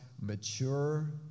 mature